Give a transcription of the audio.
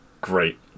great